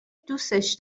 دوستش